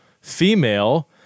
female